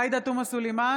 עאידה תומא סלימאן,